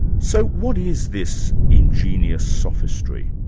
so what is this ingenious sophistry?